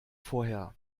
vorher